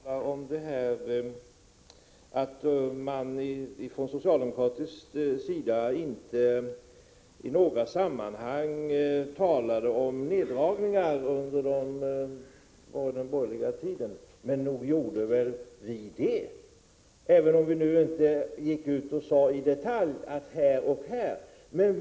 Herr talman! Rune Rydén säger att man från socialdemokraternas sida inte i några sammanhang talade om neddragningar under den borgerliga regeringstiden. Men nog gjorde vi väl det, även om vi inte i detalj pekade ut dessa.